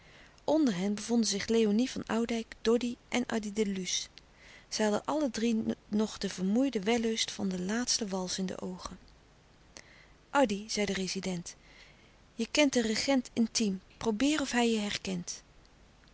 onder hen bevonden zich léonie van oudijck doddy en addy de luce zij hadden alle drie nog den vermoeiden wellust van den laatsten wals in de oogen addy zei de rezident je kent den regent intiem probeer of hij je herkent